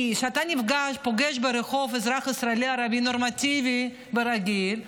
כי כשאתה פוגש ברחוב אזרח ישראלי ערבי נורמטיבי ברגיל,